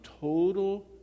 total